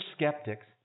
skeptics